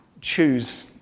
choose